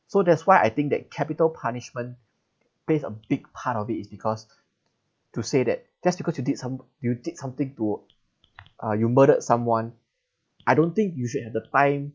so that's why I think that capital punishment base on a big part of it is because to say that just because you did some you did something to uh you murdered someone I don't think you should have the time